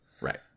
Right